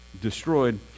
destroyed